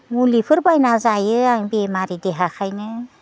मुलिफोर बायना जायो आं बेमारि देहाखायनो